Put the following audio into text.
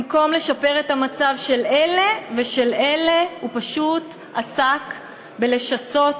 במקום לשפר את המצב של אלה ושל אלה הוא פשוט עסק בשיסוי